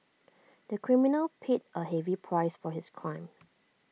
the criminal paid A heavy price for his crime